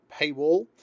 paywall